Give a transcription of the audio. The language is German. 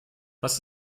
was